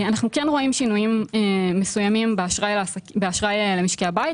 אנחנו רואים שינויים מסוימים באשראי למשקי הבית,